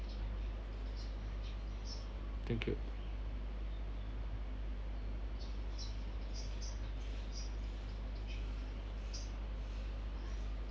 thank you